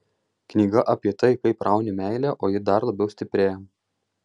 knyga apie tai kaip rauni meilę o ji dar labiau stiprėja